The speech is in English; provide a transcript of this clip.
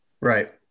Right